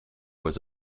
was